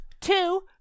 Two